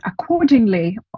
accordingly